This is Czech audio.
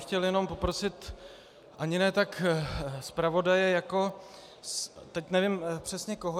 Chtěl bych poprosit ani ne tak zpravodaje jako teď nevím přesně, koho.